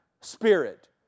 spirit